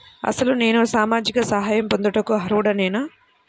అసలు నేను సామాజిక సహాయం పొందుటకు అర్హుడనేన?